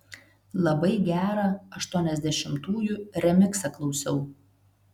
labai gerą aštuoniasdešimtųjų remiksą klausiau